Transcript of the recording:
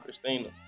Christina